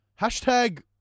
Hashtag